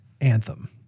Anthem